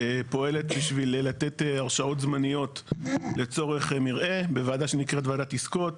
פועלת בשביל לתת הרשאות זמניות לצורך מרעה בוועדה שנקראת 'ועדת עסקאות'.